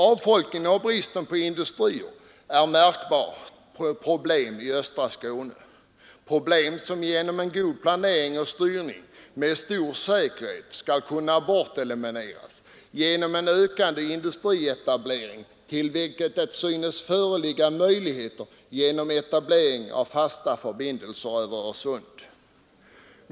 Avfolkning och brist på industri är märkbara problem i östra Skåne, problem som genom en god planering och styrning med stor säkerhet skall kunna elimineras, eftersom en ökande industrietablering synes vara möjlig om fasta förbindelser byggs över Öresund.